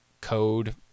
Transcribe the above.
code